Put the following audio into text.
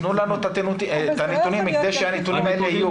אז תנו לנו את הנתונים כדי שהנתונים יהיו